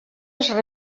sri